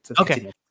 okay